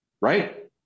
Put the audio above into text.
Right